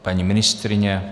Paní ministryně?